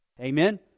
Amen